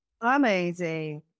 Amazing